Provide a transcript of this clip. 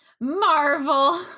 Marvel